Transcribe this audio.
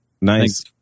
Nice